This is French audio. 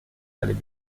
allait